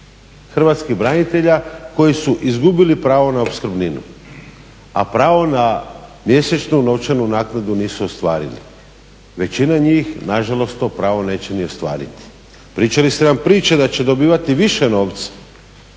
hrvatskih branitelja koji su izgubili pravo na opskrbninu, a pravo na mjesečnu novčanu naknadu. Većina njih nažalost to pravo neće ni ostvariti. Pričali ste nam priče da će dobivati više novca,